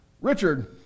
Richard